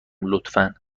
لطفا